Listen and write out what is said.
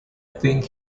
think